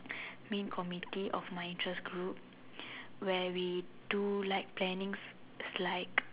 main committee of my interest group like we do like plannings like